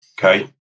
Okay